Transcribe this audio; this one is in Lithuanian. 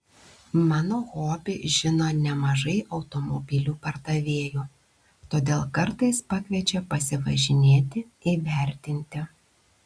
mano hobį žino nemažai automobilių pardavėjų todėl kartais pakviečia pasivažinėti įvertinti